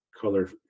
color